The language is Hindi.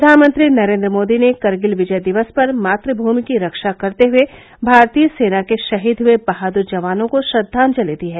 प्रधानमंत्री नरेन्द्र मोदी ने करगिल विजय दिवस पर मात्मूमि की रक्षा करते हुए भारतीय सेना के शहीद हुए बहादुर जवानों को श्रद्वांजलि दी है